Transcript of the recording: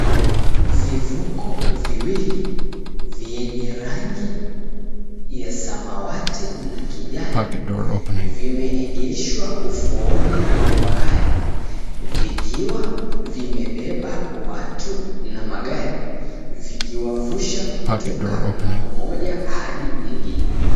Vivuko viwili, vyenye rangi ya samawati na kijani, vimeegeshwa ufuoni mwa bahari, vikiwa vimebeba watu na magari, vikiwavusha kutoka ng'ambo moja hadi nyingine.